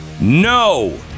no